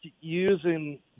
using